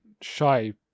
Shy